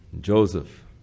Joseph